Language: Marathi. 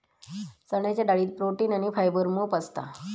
चण्याच्या डाळीत प्रोटीन आणी फायबर मोप असता